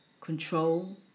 control